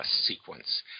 sequence